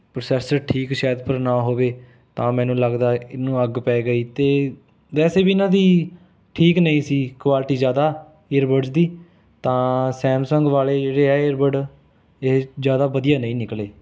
processor ਠੀਕ ਸ਼ਾਇਦ ਪਰ ਨਾ ਹੋਵੇ ਤਾਂ ਮੈਨੂੰ ਲੱਗਦਾ ਹੈ ਇਹਨੂੰ ਅੱਗ ਪੈ ਗਈ ਅਤੇ ਵੈਸੇ ਵੀ ਇਹਨਾਂ ਦੀ ਠੀਕ ਨਹੀਂ ਸੀ ਕੁਆਲਟੀ ਜ਼ਿਆਦਾ ਈਅਰਬਡਸ ਦੀ ਤਾਂ ਸੈਮਸੰਗ ਵਾਲੇ ਜਿਹੜੇ ਆ ਈਅਰਬਡ ਇਹ ਜ਼ਿਆਦਾ ਵਧੀਆ ਨਹੀਂ ਨਿਕਲੇ